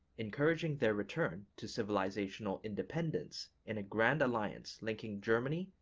encouraging their return to civilizational independence in a grand alliance linking germany,